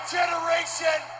Generation